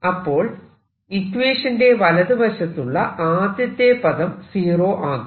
അപ്പോൾ ഇക്വേഷന്റെ വലതുവശത്തുള്ള ആദ്യത്തെ പദം സീറോ ആകും